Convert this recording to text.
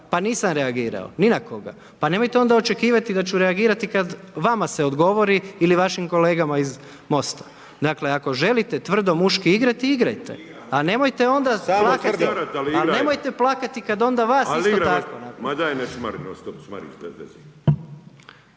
pa nisam reagirao ni na koga. Pa nemojte onda očekivati da ću reagirati, kada vama se odgovori ili vašim kolegama iz Mosta. Dakle, ako želite tvrdo muški igrati, igrajte, a nemojte onda plakati …/Upadica se ne